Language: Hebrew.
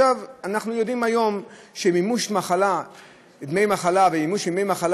אנחנו יודעים שמימוש דמי מחלה ומימוש ימי מחלה